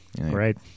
Right